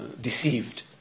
deceived